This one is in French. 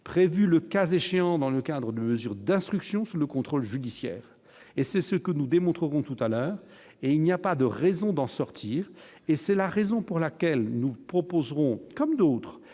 prévu le cas échéant, dans le cadre de mesures d'instruction sous le contrôle judiciaire et c'est ce que nous démontrerons tout à l'heure et il n'y a pas de raison d'en sortir et c'est la raison pour laquelle nous proposerons comme d'autres